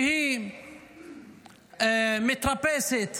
שהיא מתרפסת